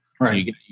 Right